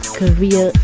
career